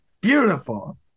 Beautiful